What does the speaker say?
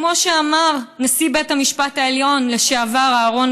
כמו שאמר נשיא בית המשפט העליון לשעבר אהרן